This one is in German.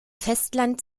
festland